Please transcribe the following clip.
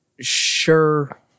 sure